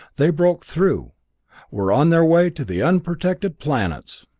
they broke through were on their way to the unprotected planets!